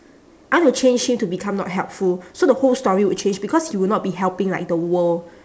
I want to change him to become not helpful so the whole story would change because he would not be helping like the world